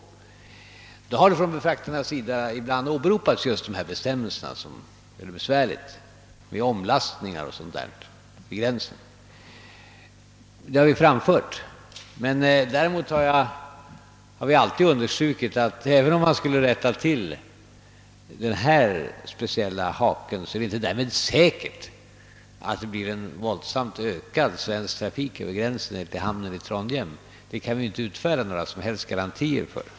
Befraktarna har ibland åberopat just dessa begränsningsbestämmelser, som medför omlastningar och sådana besvärligheter, och vi har framfört dessa synpunkter. Emellertid har vi också alltid understrukit att det, även om denna speciella hake skulle avlägsnas, inte därmed är säkert att det blir en våldsamt ökad svensk trafik över gränsen till hamnen i Trondheim. Det kan vi inte utfärda några som helst garantier för.